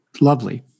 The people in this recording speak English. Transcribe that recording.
lovely